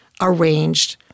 arranged